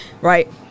right